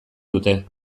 dute